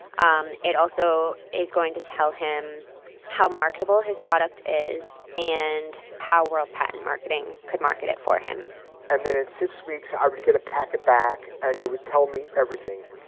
um it also is going to tell him how marketable his product is and how world patent marketing could market it for him and then in six weeks, i would get a packet back. and it would tell me everything.